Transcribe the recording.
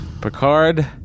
Picard